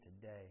today